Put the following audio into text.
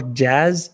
jazz